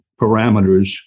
parameters